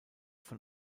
von